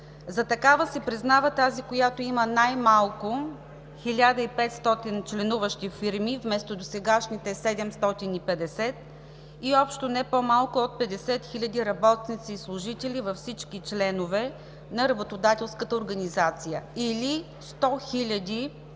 За такава се признава тази, която има най-малко 1500 членуващи фирми вместо досегашните 750 и общо не по-малко от 50 хил. работници и служители във всички членове на работодателската организация, или 100 хил. работници